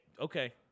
okay